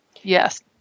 Yes